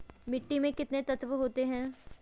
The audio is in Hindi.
मिट्टी में कितने तत्व होते हैं?